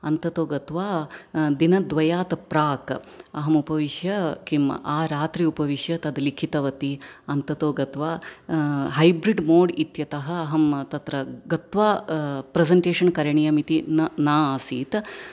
अन्ततो गत्वा दिनद्वयात् प्राक् अहम् उपविश्य किम् आरात्रि उपविश्य तद् लिखितवती अन्ततो गत्वा हैब्रिड् मोड् इत्यतः अहं तत्र गत्वा प्रसण्टेषन् करणीयमिति न ना आसीत्